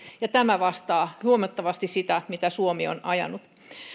ja tämä vastaa huomattavasti sitä mitä suomi on ajanut